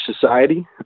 society